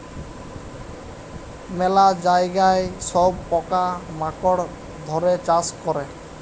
ম্যালা জায়গায় সব পকা মাকড় ধ্যরে চাষ ক্যরে